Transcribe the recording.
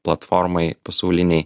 platformai pasaulinėj